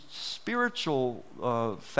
spiritual